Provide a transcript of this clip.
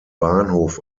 bahnhof